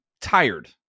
tired